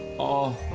all